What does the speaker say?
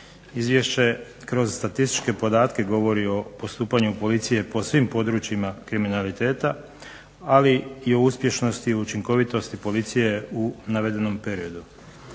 Izvješće kroz statističke podatke govori o postupanju policije po svim područjima kriminaliteta, ali i o uspješnosti i učinkovitosti policije u navedenom periodu.